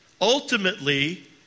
Ultimately